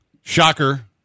shocker